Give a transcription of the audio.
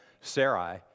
Sarai